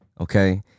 Okay